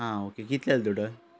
हा ओके कितले जाले टोटल